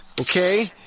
Okay